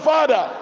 Father